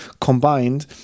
combined